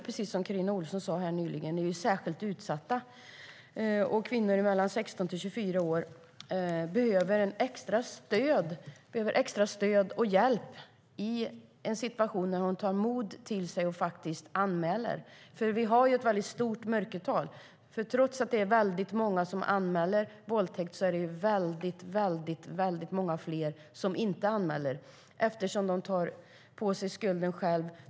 Precis som Carina Ohlsson sade nyligen är unga kvinnor särskilt utsatta. Kvinnor mellan 16 och 24 år behöver extra stöd och hjälp i en situation där de tar mod till sig och faktiskt anmäler. Vi har ju ett stort mörkertal. Trots att det är många som anmäler våldtäkt är det väldigt många fler som inte anmäler, eftersom de tar på sig skulden själva.